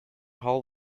hall